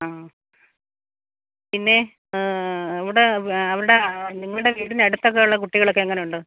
ആ പിന്നെ ഇവിടെ അവരുടെ നിങ്ങളുടെ വീടിനടുത്തൊക്കെ ഉള്ള കുട്ടികളൊക്കെ എങ്ങനെയുണ്ട്